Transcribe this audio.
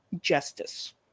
justice